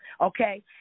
okay